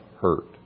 hurt